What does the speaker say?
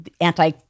anti